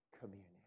communion